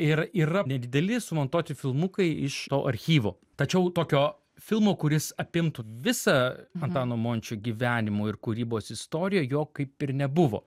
ir yra nedideli sumontuoti filmukai iš to archyvo tačiau tokio filmo kuris apimtų visą antano mončio gyvenimo ir kūrybos istoriją jo kaip ir nebuvo